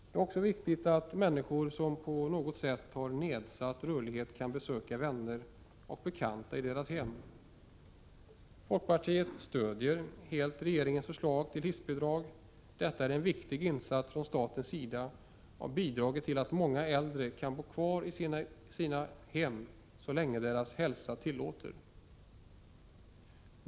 Det är också viktigt att människor som på något sätt har nedsatt rörlighet kan besöka vänner och bekanta i deras hem. Folkpartiet stöder helt regeringens förslag till hissbidrag. Det är en viktig insats från statens sida, och den har bidragit till att många äldre kan bo kvar i sina hem så länge deras hälsa tillåter.